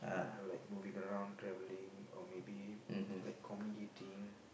like moving around travelling or maybe like communicating